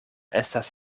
estas